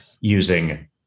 using